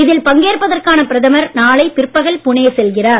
இதில் பங்கேற்பதற்கான பிரதமர் நாளை பிற்பகல் புனே செல்கிறார்